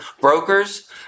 brokers